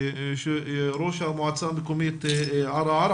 ראש המועצה המקומית עארה,